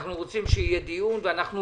אנחנו רוצים שיהיה דיון, ואנחנו